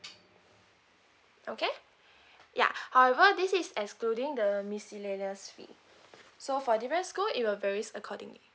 okay yeah however this is excluding the miscellaneous fee so for different school it will varies according